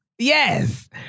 Yes